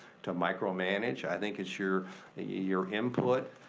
to micromanage. i think it's your ah your input,